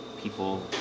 people